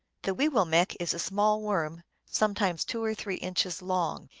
the weewillmekq is a small worm, sometimes two or three inches long.